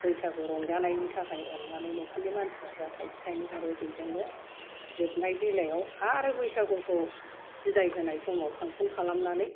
बैसागु रंजानायनि थाखाय अननानै न'खरनि मानसिफ्रा जा थाइसे थाइनै हरो बेजोंनो जोबनाय बेलायाव आरो बैसागुखौ बिदाइ होनाय समाव फांशन खालामनानै